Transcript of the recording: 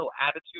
attitude